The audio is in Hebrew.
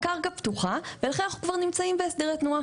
הקרקע פתוחה ולכן אנחנו כבר נמצאים בסדרי תנועה,